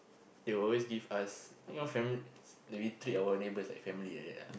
they will always give us you know fam~ s~ we treat our neighbours like family like that ah